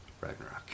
ragnarok